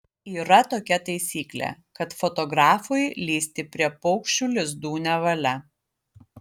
yra tokia taisyklė kad fotografui lįsti prie paukščių lizdų nevalia